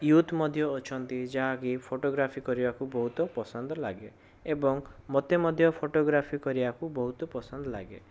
youth ମଧ୍ୟ ଅଛନ୍ତି ଯାହାକି ଫଟୋଗ୍ରାଫି କରିବାକୁ ବହୁତ ପସନ୍ଦ ଲାଗେ ଏବଂ ମୋତେ ମଧ୍ୟ ଫଟୋଗ୍ରାଫି କରିବାକୁ ବହୁତ ପସନ୍ଦ ଲାଗେ